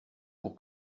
pour